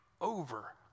over